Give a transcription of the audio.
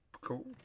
Cool